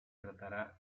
tratará